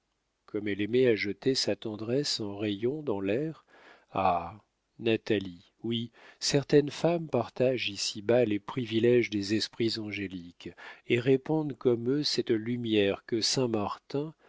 comme elle aimait à jeter sa tendresse en rayons dans l'air ah natalie oui certaines femmes partagent ici-bas les priviléges des esprits angéliques et répandent comme eux cette lumière que saint-martin